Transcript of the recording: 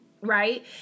right